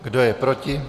Kdo je proti?